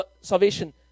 Salvation